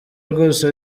rwose